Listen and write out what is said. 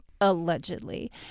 Allegedly